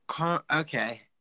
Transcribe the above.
Okay